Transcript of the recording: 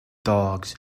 dogs